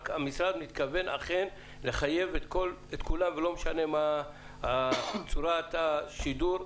המשרד מתכוון אכן לחייב את כולם ולא משנה מה צורת השידור,